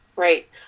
Right